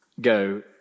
go